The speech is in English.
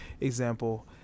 example